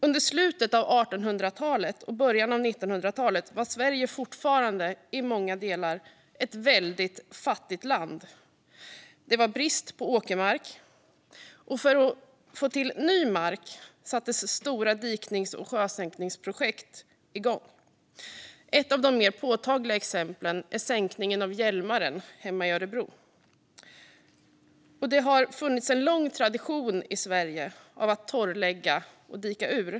Under slutet av 1800-talet och början av 1900-talet var Sverige fortfarande i många delar ett väldigt fattigt land. Det var brist på åkermark. För att få till ny mark sattes stora diknings och sjösänkningsprojekt igång. Ett av de mer påtagliga exemplen är sänkningen av Hjälmaren hemma i Örebro. Det har funnits en lång tradition i Sverige av att torrlägga och dika ut.